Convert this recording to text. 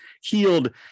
healed